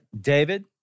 David